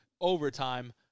Overtime